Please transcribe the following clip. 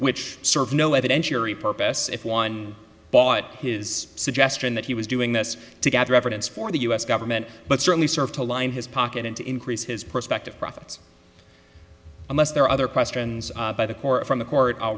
which serve no evidentiary purpose if one bought his suggestion that he was doing this to gather evidence for the us government but certainly serve to line his pocket and to increase his perspective profits unless there are other questions by the court from the court